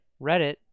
Reddit